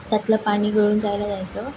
त्यातलं पाणी गळून जायला द्यायचं